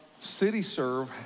CityServe